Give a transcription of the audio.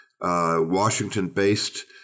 Washington-based